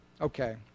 Okay